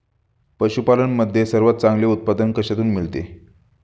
पशूपालन मध्ये सर्वात चांगले उत्पादन कशातून मिळते?